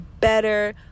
better